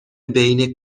بین